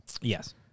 Yes